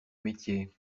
métier